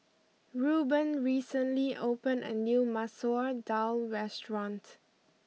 Ruben recently opened a new Masoor Dal restaurant